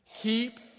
keep